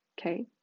Okay